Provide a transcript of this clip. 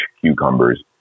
cucumbers